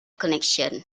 connection